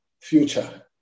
future